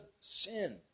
sin